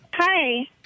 Hi